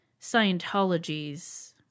Scientology's